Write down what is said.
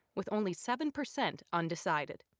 with only seven percent undecided.